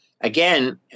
Again